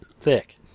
thick